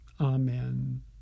Amen